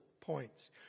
points